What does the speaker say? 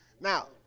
Now